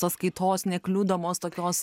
sąskaitos nekliudomos tokios